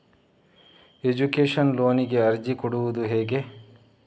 Education ಲೋನಿಗೆ ಅರ್ಜಿ ಕೊಡೂದು ಹೇಗೆ?